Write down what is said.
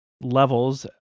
levels